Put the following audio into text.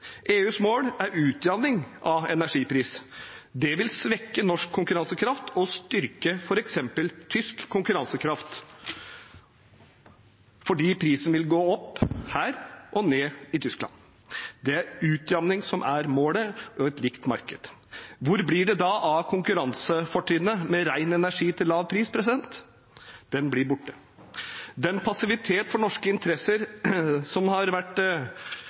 EUs mål er utjamning av energipris. Det vil svekke norsk konkurransekraft og styrke f.eks. tysk konkurransekraft fordi prisen vil gå opp her og ned i Tyskland. Det er utjamning som er målet – og et likt marked. Hvor blir det da av konkurransefortrinnet med ren energi til lav pris? Det blir borte. Den passivitet for norske interesser som har vært